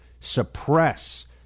suppress